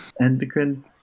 endocrine